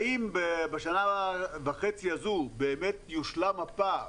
האם בשנה וחצי האלה באמת יושלם הפער?